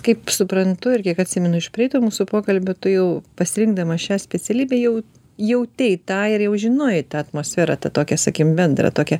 kaip suprantu ir kiek atsimenu iš praeito mūsų pokalbio tu jau pasirinkdama šią specialybę jau jautei tą ir jau žinojai tą atmosferą tą tokią sakykim bendrą tokią